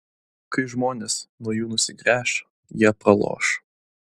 kai žmonės nuo jų nusigręš jie praloš